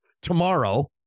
tomorrow